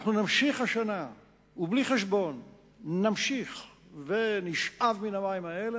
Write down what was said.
אנחנו נמשיך השנה ובלי חשבון נמשיך ונשאב מהמים האלה,